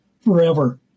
forever